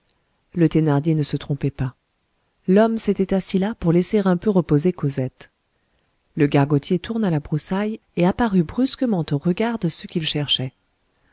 le thénardier ne se trompait pas l'homme s'était assis là pour laisser un peu reposer cosette le gargotier tourna la broussaille et apparut brusquement aux regards de ceux qu'il cherchait